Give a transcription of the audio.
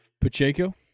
Pacheco